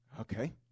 Okay